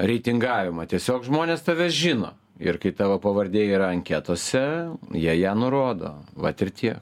reitingavimą tiesiog žmonės tave žino ir kai tavo pavardė yra anketose jie ją nurodo vat ir tie